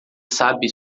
sabe